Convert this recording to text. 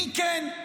מי כן.